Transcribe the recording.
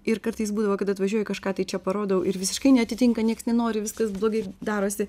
ir kartais būdavo kad atvažiuoju kažką tai čia parodau ir visiškai neatitinka nieks nenori viskas blogai darosi